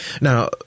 Now